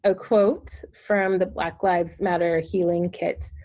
ah quote from the black lives matter healing kit.